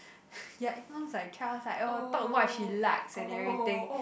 ya it sounds like child's like oh talk what she likes and everything